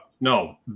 no